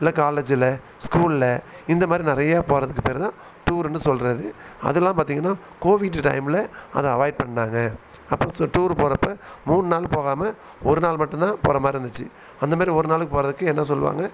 இல்லை காலேஜில் ஸ்கூலில் இந்த மாதிரி நிறையா போகிறதுக்கு பேர் தான் டூருன்னு சொல்கிறது அதெல்லாம் பார்த்தீங்கன்னா கோவிட்டு டைமில் அதை அவாய்ட் பண்ணிணாங்க அப்போது சு டூரு போகிறப்ப மூணு நாள் போகாமல் ஒரு நாள் மட்டும் தான் போகிற மாதிரி இருந்துச்சு அந்த மாரி ஒரு நாளுக்கு போகிறதுக்கு என்ன சொல்லுவாங்க